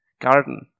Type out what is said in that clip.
garden